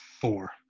four